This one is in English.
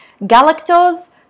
galactose